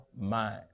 mind